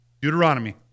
Deuteronomy